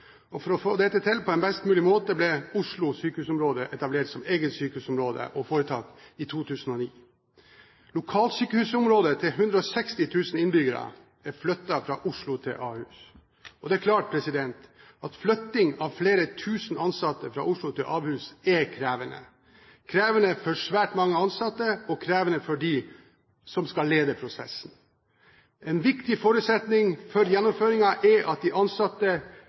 For å få dette til på en best mulig måte ble Oslo sykehusområde etablert som eget sykehusområde og foretak i 2009. Lokalsykehusområdet til 160 000 innbyggere er flyttet fra Oslo til Ahus. Det er klart at flytting av flere tusen ansatte fra Oslo til Ahus er krevende – krevende for svært mange ansatte og krevende for dem som skal lede prosessen. En viktig forutsetning for gjennomføring er at de ansatte